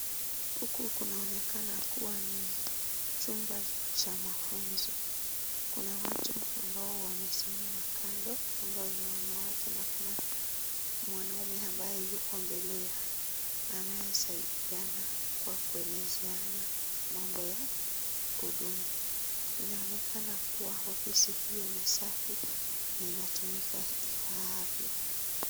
Huku kunaonekana kuwa ni chumba cha mafunzo. Kuna watu ambao wamesimama kando ambao ni wanawake na kuna mwanaume ambaye yuko mbele yake anayesaidiana kwa kuelezeana mambo ya huduma. Inaonekana kuwa ofisi hiyo ni safi na inatumika ifaavyo.